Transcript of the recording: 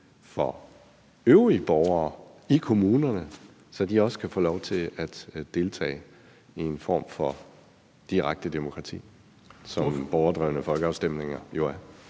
for øvrige borgere i kommunerne, så de også kan få lov til at deltage i en form for direkte demokrati, som borgerdrevne folkeafstemninger jo er?